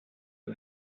you